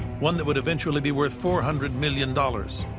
one that would eventually be worth four hundred million dollars.